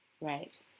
right